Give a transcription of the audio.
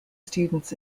students